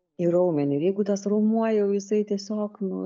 į raumenį ir jeigu tas raumuo jau jisai tiesiog nu